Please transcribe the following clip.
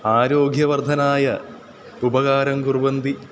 आरोग्यवर्धनाय उपकारं कुर्वन्ति